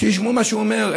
שישמעו מה הוא אומר.